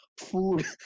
food